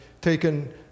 taken